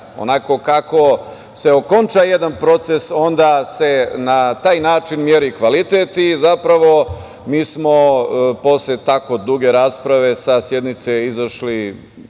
onako kako se okonča jedan proces, na taj način se meri kvalitet. Zapravo, mi smo posle tako duge rasprave sa sednice izašli